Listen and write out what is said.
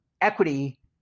equity